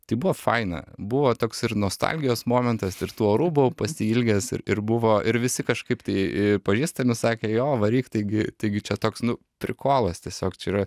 tai buvo faina buvo toks ir nostalgijos momentas ir tų orų buvau pasiilgęs ir ir buvo ir visi kažkaip tai pažįstami sakė jo varyk taigi taigi čia toks nu prikolas tiesiog čia yra